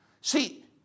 See